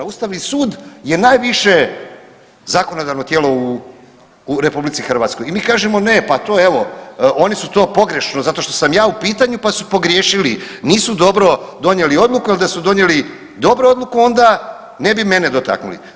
Ustavni sud je najviše zakonodavno tijelo u RH i mi kažemo ne pa to evo oni su to pogrešno zato što sam ja u pitanju pa su pogriješili, nisu dobro donijeli odluku jer da su donijeli dobro odluku onda ne bi mene dotaknuli.